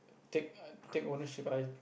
take take ownership I